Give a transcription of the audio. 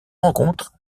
rencontre